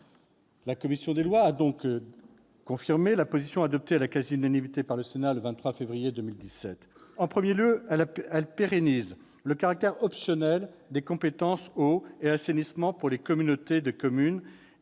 La commission des lois a donc confirmé la position adoptée à la quasi-unanimité par le Sénat le 23 février 2017. En premier lieu, elle a voulu pérenniser le caractère optionnel des compétences « eau » et « assainissement » pour les communautés de communes